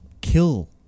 kill